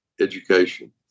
education